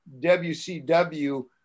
WCW